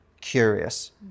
curious